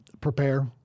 Prepare